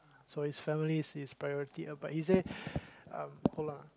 so his family is his priority lah but he say um hold on